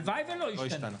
הלוואי ולא ישתנה.